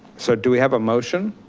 so do we have a motion?